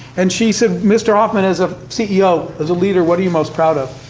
and she said, mr. hoffman, as a ceo, as a leader, what are you most proud of?